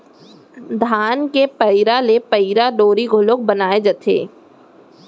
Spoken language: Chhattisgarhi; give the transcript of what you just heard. धान के पैरा ले पैरा डोरी घलौ बनाए जाथे